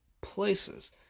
places